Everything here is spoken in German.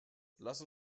lass